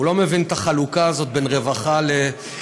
הוא לא מבין את החלוקה הזאת בין רווחה לחינוך.